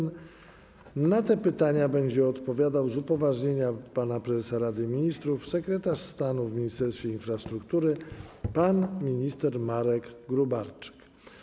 Na te pytania będzie odpowiadał z upoważnienia pana prezesa Rady Ministrów sekretarz stanu w Ministerstwie Infrastruktury pan minister Marek Gróbarczyk.